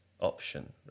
option